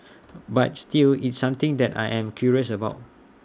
but still it's something that I am curious about